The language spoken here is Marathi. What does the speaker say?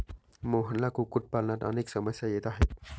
मोहनला कुक्कुटपालनात अनेक समस्या येत आहेत